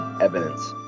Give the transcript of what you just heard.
evidence